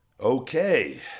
Okay